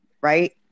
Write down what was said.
right